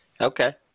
Okay